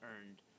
earned